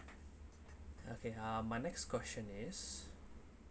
okay uh my next question is